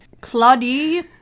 Claudie